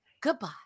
Goodbye